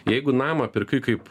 jeigu namą pirkai kaip